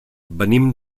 venim